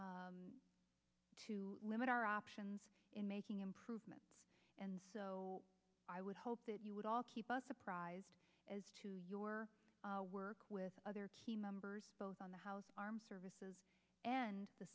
to limit our options in making improvements and so i would hope that you would all keep us apprised as your work with other key members both on the house armed services and the